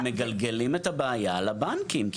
אתם מגלגלים את הבעיה לבנקים.